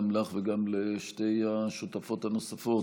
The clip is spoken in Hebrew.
גם לך וגם לשתי השותפות הנוספות,